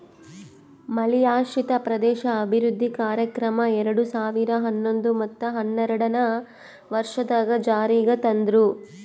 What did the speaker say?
ಮಳೆಯಾಶ್ರಿತ ಪ್ರದೇಶ ಅಭಿವೃದ್ಧಿ ಕಾರ್ಯಕ್ರಮ ಎರಡು ಸಾವಿರ ಹನ್ನೊಂದು ಮತ್ತ ಹನ್ನೆರಡನೇ ವರ್ಷದಾಗ್ ಜಾರಿಗ್ ತಂದ್ರು